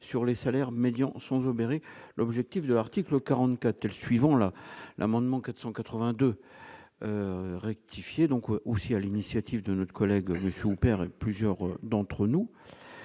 sur les salaires médians sont et l'objectif de l'article 44 le suivant la l'amendement 482 rectifier donc aussi à l'initiative de notre collègue monsieur on perd et plusieurs d'entre nous,